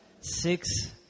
Six